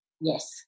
Yes